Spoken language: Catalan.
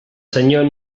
senyor